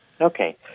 Okay